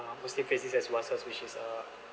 muslims say this as was-was which is a